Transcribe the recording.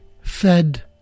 fed